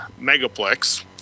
Megaplex